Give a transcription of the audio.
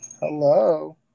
Hello